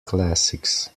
classics